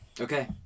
okay